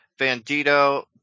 Vandito